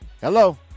Hello